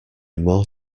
more